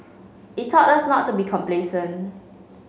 it taught us not to be complacent